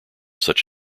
such